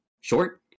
short